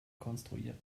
konstruieren